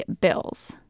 bills